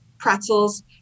pretzels